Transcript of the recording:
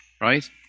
right